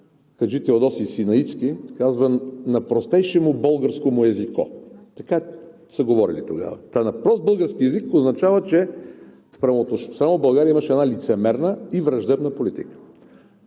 хаджи Теодосий Синаитски: „На простейшиму болгарскому езику“, така са говорили тогава, та на прост български език означава, че спрямо България имаше лицемерна и враждебна политика.